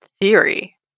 theory